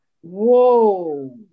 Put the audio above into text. whoa